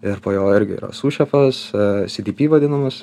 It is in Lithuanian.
ir po jo irgi yra sū šefas sity py vadinamas